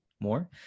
more